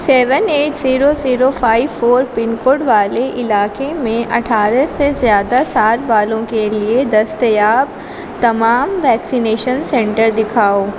seven eight zero zero five four pin code والے علاقے میں اٹھارہ سے زیادہ سال والوں کے لیے دستیاب تمام ویکسینیشن سنٹر دکھاؤ